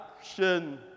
action